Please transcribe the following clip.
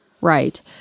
right